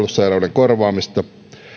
korvaamista